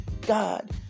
God